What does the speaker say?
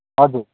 हजुर